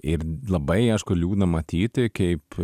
ir labai aišku liūdna matyti kaip